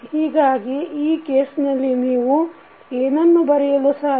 ಹೀಗಾಗಿ ಈ ಕೇಸ್ನಲ್ಲಿ ನೀವು ಏನನ್ನು ಬರೆಯಲು ಸಾಧ್ಯ